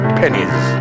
pennies